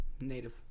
Native